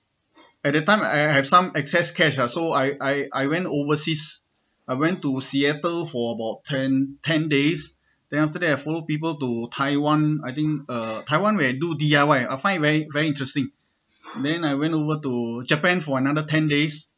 at that time I I have some excess cash ah so I I I went overseas I went to seattle for about ten ten days then after that I follow people to taiwan I think uh taiwan where l do D_I_Y I find very very interesting then I went over to japan for another ten days